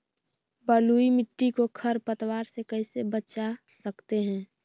बलुई मिट्टी को खर पतवार से कैसे बच्चा सकते हैँ?